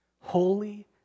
holy